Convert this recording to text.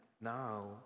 now